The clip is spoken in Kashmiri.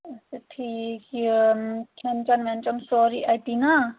اچھا ٹھیٖک یہِ کھٮ۪ن چٮ۪ن وٮ۪ن چٮ۪ن سورُے اَتی نا